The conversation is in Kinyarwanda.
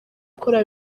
akora